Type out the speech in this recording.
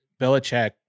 Belichick